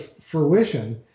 fruition